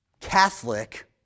Catholic